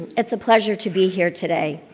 it's a pleasure to be here today.